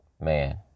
Man